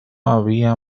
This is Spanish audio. había